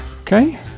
okay